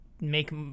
make